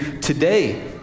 today